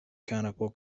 kanapo